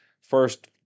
first